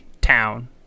town